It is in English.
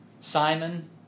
Simon